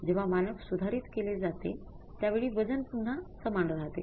जेव्हा मानक सुधारित केले जाते त्यावेळी वजन पुन्हा समान राहते